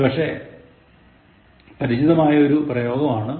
ഇത് പക്ഷേ പരിചിതമായ ഒരു പ്രയോഗമാണ്